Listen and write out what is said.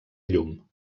llum